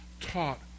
taught